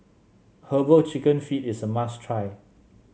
herbal chicken feet is a must try